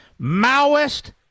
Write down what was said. Maoist